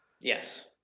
Yes